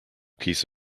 piece